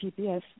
GPS